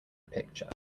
picture